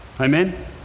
Amen